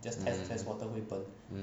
mm